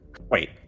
wait